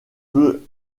peut